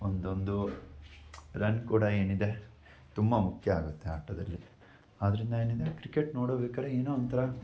ಒಂದೊಂದು ರನ್ ಕೂಡ ಏನಿದೆ ತುಂಬ ಮುಖ್ಯ ಆಗುತ್ತೆ ಆಟದಲ್ಲಿ ಆದ್ದರಿಂದ ಏನಿದೆ ಕ್ರಿಕೆಟ್ ನೋಡಬೇಕಾದ್ರೆ ಏನೋ ಒಂಥರ